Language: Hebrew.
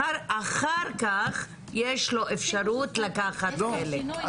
אחר כך יש לו אפשרות לקחת חלק.